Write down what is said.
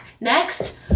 Next